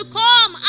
come